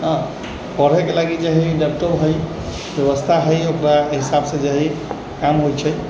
हँ पढ़ैके लागी जे हइ लैपटॉप हइ बेबस्था हइ ओकरा हिसाबसँ जे हइ काम होइ छै